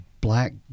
black